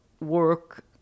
work